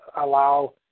allow